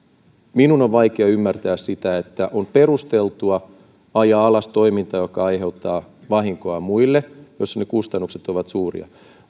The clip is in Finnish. minun on vaikea ymmärtää sitä on perusteltua ajaa alas toiminta joka aiheuttaa vahinkoa muille jossa ne kustannukset ovat suuria